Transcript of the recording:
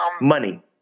Money